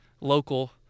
local